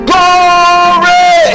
Glory